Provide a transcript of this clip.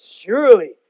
Surely